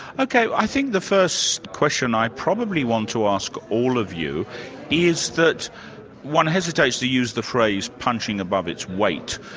ok, i think the first question i probably want to ask all of you is that one hesitates to use the phrase punching above its weight,